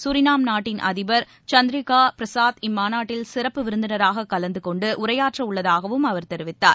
கரிநாம் நாட்டின் அதிபர் சந்திரிகா பிரசாத் இம்மாநாட்டில் சிறப்பு விருந்தினராக கலந்து கொண்டு உரையாற்றவுள்ளதாகவும் அவர் தெரிவித்தார்